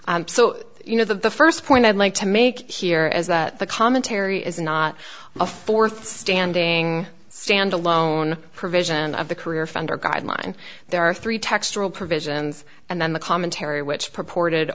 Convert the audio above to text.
s so you know the first point i'd like to make here is that the commentary is not a fourth standing stand alone provision of the career offender guideline there are three textural provisions and then the commentary which purported